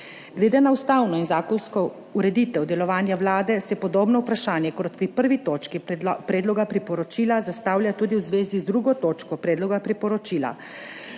Glede na ustavno in zakonsko ureditev delovanja Vlade se podobno vprašanje kot pri 1. točki predloga priporočila zastavlja tudi v zvezi z 2. točko predloga priporočila.